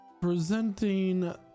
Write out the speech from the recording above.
Presenting